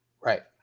Right